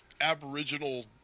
aboriginal